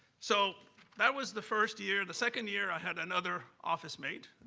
so that was the first year. the second year, i had another office mate.